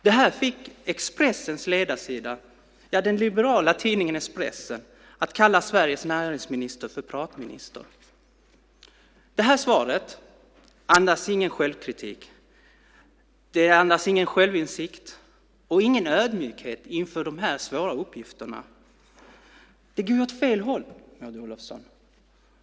Det fick Expressens ledarsida, den liberala tidningen Expressen, att kalla Sveriges näringsminister för pratminister. Det här svaret andas ingen självkritik. Det andas ingen självinsikt och ingen ödmjukhet inför de här svåra uppgifterna. Det går åt fel håll, Maud Olofsson.